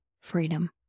freedom